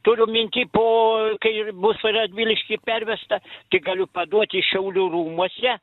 turiu minty po kai bus radvilišky pervesta tai galiu paduoti šiaulių rūmuose